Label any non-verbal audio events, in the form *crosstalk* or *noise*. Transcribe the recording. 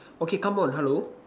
*breath* okay come on hello